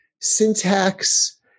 syntax